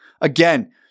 Again